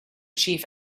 chief